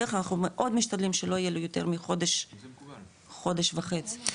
בדרך כלל אנחנו מאוד משתדלים שלא יהיה ליותר מחודש-חודש וחצי.